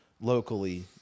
locally